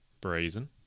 Brazen